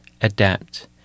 adapt